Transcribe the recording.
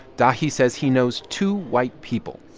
dahi says he knows two white people.